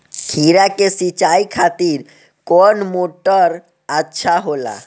खीरा के सिचाई खातिर कौन मोटर अच्छा होला?